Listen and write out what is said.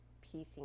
piecing